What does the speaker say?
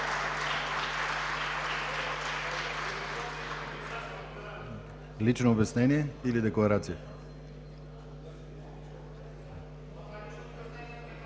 Лично обяснение или декларация?